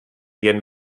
jen